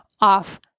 off